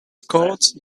called